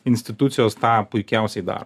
institucijos tą puikiausiai daro